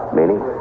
Meaning